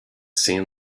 seen